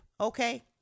Okay